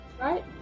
right